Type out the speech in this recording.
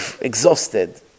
exhausted